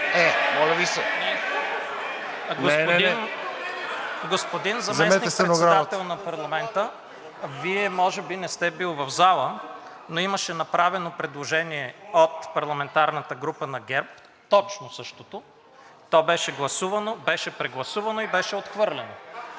(Продължаваме Промяната): Господин Заместник-председател на парламента, Вие може би не сте били в залата, но имаше направено предложение от парламентарната група на ГЕРБ точно същото, то беше гласувано, беше прегласувано и беше отхвърлено.